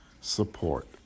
support